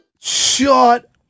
shut